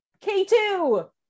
K2